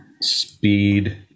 speed